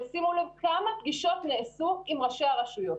שימו לב כמה פגישות נעשו עם ראשי הרשויות.